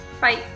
Bye